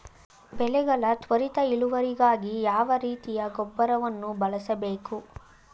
ಬೆಳೆಗಳ ತ್ವರಿತ ಇಳುವರಿಗಾಗಿ ಯಾವ ರೀತಿಯ ಗೊಬ್ಬರವನ್ನು ಬಳಸಬೇಕು?